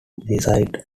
besides